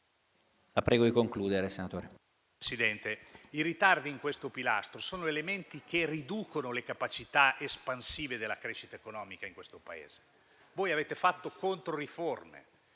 Manca. MANCA *(PD-IDP)*. Signor Presidente, i ritardi su questo pilastro sono elementi che riducono le capacità espansive della crescita economica in questo Paese. Voi avete fatto controriforme,